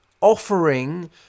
offering